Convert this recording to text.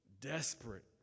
desperate